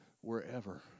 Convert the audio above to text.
wherever